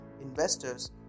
investors